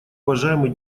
уважаемый